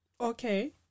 Okay